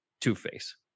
Two-Face